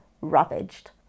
ravaged